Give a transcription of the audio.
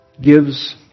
gives